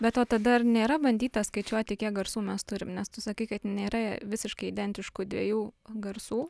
bet o tada ar nėra bandyta skaičiuoti kiek garsų mes turim nes tu sakai kad nėra visiškai identiškų dviejų garsų